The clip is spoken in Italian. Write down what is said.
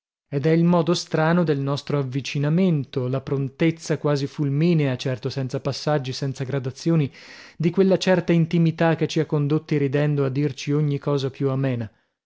ed è il modo strano del nostro avvicinamento la prontezza quasi fulminea certo senza passaggi senza gradazioni di quella certa intimità che ci ha condotti ridendo a dirci ogni cosa più amena